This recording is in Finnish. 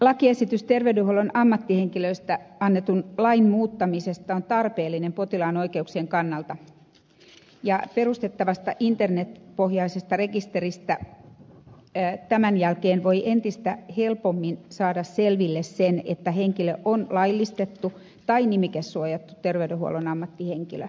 lakiesitys terveydenhuollon ammattihenkilöistä annetun lain muuttamisesta on tarpeellinen potilaan oikeuksien kannalta ja perustettavasta internetpohjaisesta rekisteristä tämän jälkeen voi entistä helpommin saada selville sen että henkilö on laillistettu tai nimikesuojattu terveydenhuollon ammattihenkilö